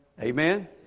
Amen